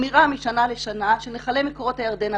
מחמירה משנה לשנה שנחלי מקורות הירדן,